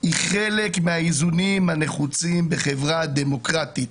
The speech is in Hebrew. היא חלק מהאיזונים הנחוצים בחברה דמוקרטית.